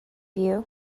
you